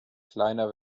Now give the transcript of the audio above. kleiner